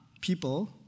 people